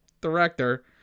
director